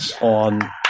on